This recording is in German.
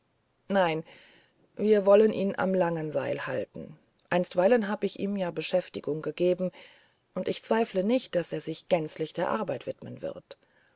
nein wir wollen ihn am langen seil halten einstweilen hab ich ihm ja beschäftigung gegeben und ich zweifle nicht daß er sich gänzlich der arbeit widmen wird